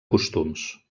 costums